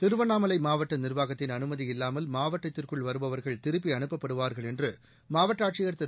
திருவண்ணாமலை மாவட்ட நிர்வாகத்தின் அனுமதி இல்லாமல் மாவட்டத்திற்குள் வருபவர்கள் திருப்பி அனுப்பப்படுவார்கள் என்று மாவட்ட ஆட்சியர் திரு